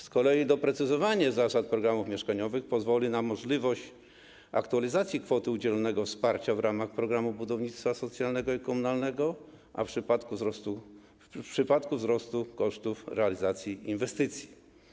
Z kolei doprecyzowanie zasad programów mieszkaniowych pozwoli na możliwość aktualizacji kwoty udzielonego wsparcia w ramach programu budownictwa socjalnego i komunalnego w przypadku wzrostu kosztów realizacji inwestycji.